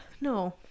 no